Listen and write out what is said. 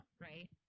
Right